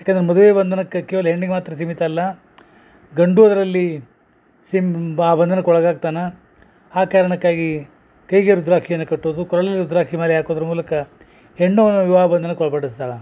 ಯಾಕಂದ್ರೆ ಮದುವೆ ಬಂಧನಕ್ಕ ಕೇವಲ ಹೆಣ್ಣಿಗೆ ಮಾತ್ರ ಸೀಮಿತ ಅಲ್ಲ ಗಂಡು ಅದರಲ್ಲಿ ಸಿಂ ಬಂಧನಕ್ಕೆ ಒಳಗಾಗ್ತನ ಆ ಕಾರಣಕ್ಕಾಗಿ ಕೈಗೆ ರುದ್ರಾಕ್ಷಿಯನ್ನ ಕಟ್ಟೋದು ಕೊರಳಲ್ಲಿ ರುದ್ರಾಕ್ಷಿ ಮಾಲೆ ಹಾಕೊದ್ರ ಮೂಲಕ ಹೆಣ್ಣು ವಿವಾಹ ಬಂಧನಕ್ಕೆ ಒಳಪಡಿಸ್ತಾಳ